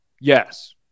yes